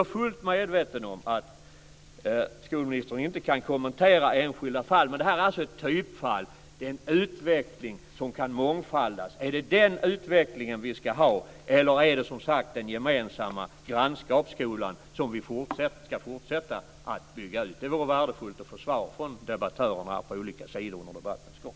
Jag är fullt medveten om att skolministern inte kan kommentera enskilda fall. Det här är alltså ett typfall - en utveckling som så att säga kan mångfaldigas. Är det den utvecklingen vi ska ha, eller ska vi, som sagt, fortsätta att bygga ut den gemensamma grannskapsskolan? Det vore värdefullt att under debattens gång få svar från debattörerna på de olika sidorna här.